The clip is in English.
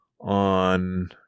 on